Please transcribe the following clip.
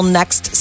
next